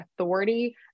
authority